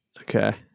Okay